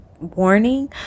warning